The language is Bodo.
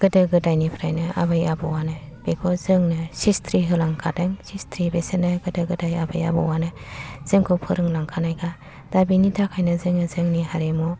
गोदो गोदायनिफ्रायनो आबै आबौआनो बेखौ जोंनो चिसथ्रि होलांखादों चिसथ्रि बिसोरनो गोदो गोदाय आबै आबौआनो जोंखौ फोरों लांखानायखा दा बेनि थाखायनो जोङो जोंनि हारिमु